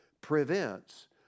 prevents